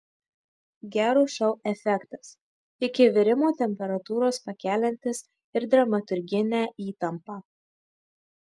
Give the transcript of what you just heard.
gero šou efektas iki virimo temperatūros pakeliantis ir dramaturginę įtampą